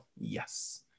yes